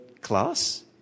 class